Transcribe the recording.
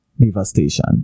devastation